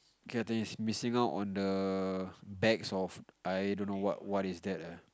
okay I think he's missing out on the bags of I don't know what what is that lah